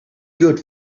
good